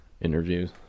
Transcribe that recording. interviews